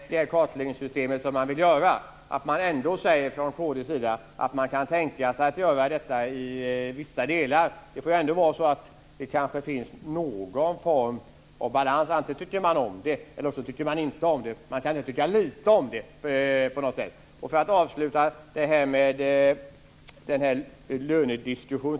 Fru talman! För att hjälpa Magnus Jacobsson kan jag återupprepa frågan. Hur kommer det sig att man kritiserar det kartläggningssystem man vill göra och att man ändå från kd:s sida säger att man kan tänka sig att göra detta i vissa delar? Det kanske finns någon form av balans. Antingen tycker man om det eller så tycker man inte om det. Man kan inte tycka lite om det. Låt oss avsluta lönediskussionen.